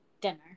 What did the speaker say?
dinner